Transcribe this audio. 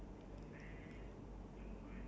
at the end of the day ya